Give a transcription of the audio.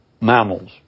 mammals